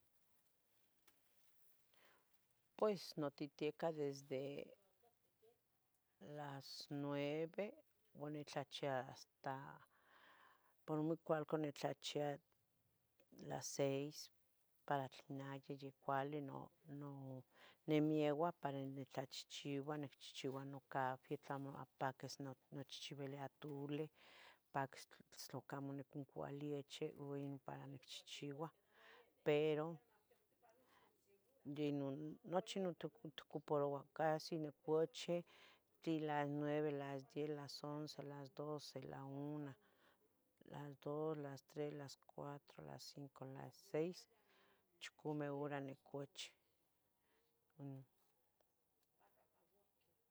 Pues notehteca desde las nueve ua nitlachia hasta, por muy cualcan nitlachia las seis para tlen ayi ya cuali, no, no nimieua para nitlachichiua, nicchihchiua nocafi tlamo ompaquis nochichibilia atuleh paquis tlacamo nocconcobilia leche ino para nicchihchiua, pero de nun nochi ticuparouah, casi nicochih di las nueve, las diez, las once, las doce, la una, las dos, las tres, las cuatro, las cinco, las seis, chicome hora nicochi. Um.